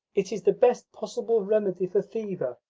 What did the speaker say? it is the best possible remedy for fever.